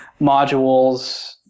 modules